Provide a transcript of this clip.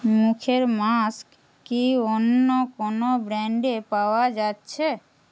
মুখের মাস্ক কি অন্য কোনও ব্র্যাণ্ডে পাওয়া যাচ্ছে